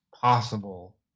possible